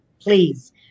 please